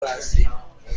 هستیم